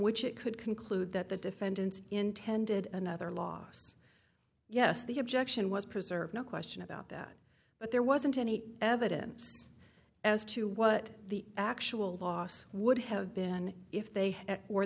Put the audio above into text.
which it could conclude that the defendants intended another loss yes the objection was preserved no question about that but there wasn't any evidence as to what the actual loss would have been if they